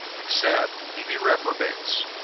except ye be reprobates.